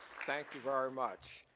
thank you very much.